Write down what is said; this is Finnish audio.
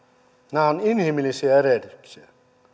nämä ovat inhimillisiä erehdyksiä